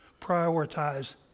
prioritize